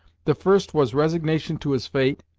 the first was resignation to his fate,